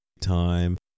time